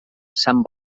sant